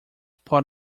part